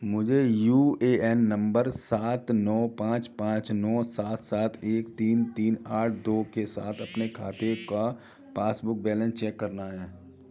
मुझे U A N नम्बर सात नौ पाँच पाँच नौ सात सात एक तीन तीन आठ दो के साथ अपने खाते का पासबुक बैलेंस चेक करना है